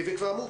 וכאמור,